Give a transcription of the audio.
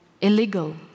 illegal